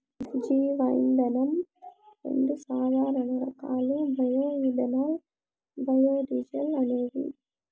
జీవ ఇంధనం రెండు సాధారణ రకాలు బయో ఇథనాల్, బయోడీజల్ అనేవి